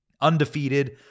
undefeated